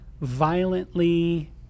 violently